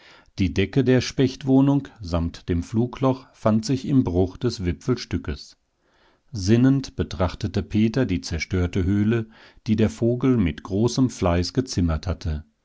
die decke der spechtwohnung samt dem flugloch fand sich im bruch des wipfelstückes sinnend betrachtete peter die zerstörte höhle die der vogel mit großem fleiß gezimmert hatte